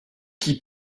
qui